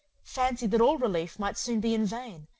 fancied that all relief might soon be in vain,